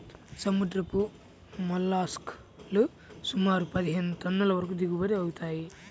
సముద్రపు మోల్లస్క్ లు సుమారు పదిహేను టన్నుల వరకు దిగుబడి అవుతాయి